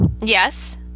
yes